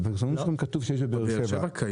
בפרסומים שונים כתוב שיש בבאר שבע.